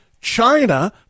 China